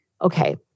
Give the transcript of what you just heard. Okay